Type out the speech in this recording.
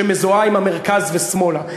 שמזוהה עם המרכז ושמאלה,